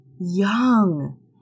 Young